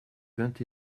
vingt